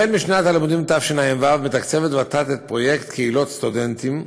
החל משנת הלימודים תשע"ו מתקצבת ות"ת את פרויקט קהילות סטודנטים,